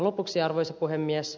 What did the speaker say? lopuksi arvoisa puhemies